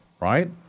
right